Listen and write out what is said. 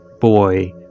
boy